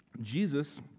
Jesus